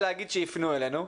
התחלת בלהגיד שהם יפנו אלינו,